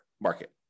market